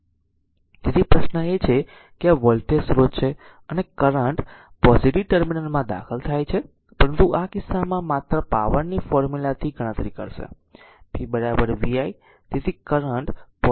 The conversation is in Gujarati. તેથી પ્રશ્ન એ છે કે આ એક વોલ્ટેજ સ્રોત છે અને કરંટ પોઝીટીવ ટર્મિનલમાં કરંટ દાખલ થાય છે પરંતુ આ કિસ્સામાં માત્ર પાવરની ફોર્મુલા થી ગણતરી કરશે p v i